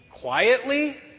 quietly